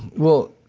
well,